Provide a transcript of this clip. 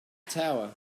tower